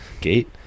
Gate